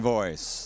Voice